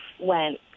went